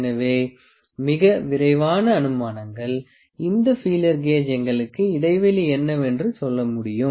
எனவே மிக விரைவான அனுமானங்கள் இந்த ஃபீலர் கேஜ் எங்களுக்கு இடைவெளி என்னவென்று சொல்ல முடியும்